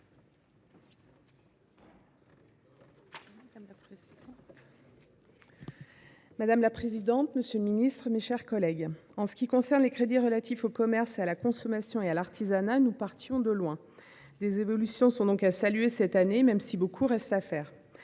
Madame la présidente, monsieur le ministre, mes chers collègues, en ce qui concerne les crédits relatifs au commerce, à la consommation et à l’artisanat, nous partions de loin. Des évolutions sont donc à saluer cette année, même si beaucoup reste à faire.